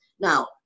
Now